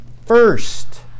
first